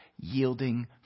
yielding